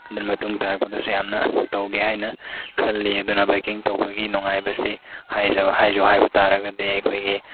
ꯑꯗꯨꯅ ꯃꯇꯨꯡ ꯇꯥꯔꯛꯄꯗꯁꯨ ꯌꯥꯝꯅ ꯇꯧꯒꯦ ꯍꯥꯏꯅ ꯈꯜꯂꯤ ꯑꯗꯨꯅ ꯕꯥꯏꯛꯀꯤꯡ ꯇꯧꯕꯒꯤ ꯅꯨꯡꯉꯥꯏꯕꯁꯤ ꯍꯥꯏꯖꯩ ꯍꯥꯏꯕ ꯇꯥꯔꯒꯗꯤ ꯑꯩꯈꯣꯏꯒꯤ